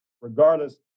Regardless